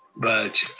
but